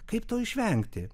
kaip to išvengti